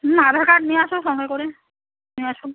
হুম Aadhaar card নিয়ে আসো সঙ্গে করে নিয়ে আসো